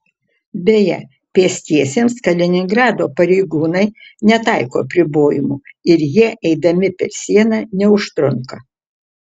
beje pėstiesiems kaliningrado pareigūnai netaiko apribojimų ir jie eidami per sieną neužtrunka